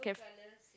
caf~